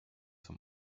vom